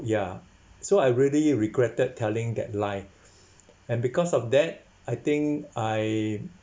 ya so I really regretted telling that lie and because of that I think I